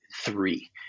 three